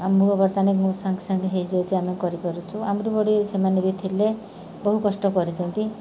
ଆମକୁ ବର୍ତ୍ତମାନ ସାଙ୍ଗେ ସାଙ୍ଗେ ହେଇଯାଉଛି ଆମେ କରିପାରୁଛୁ ଆମରି ଭଳି ସେମାନେ ବି ଥିଲେ ବହୁ କଷ୍ଟ କରିଛନ୍ତି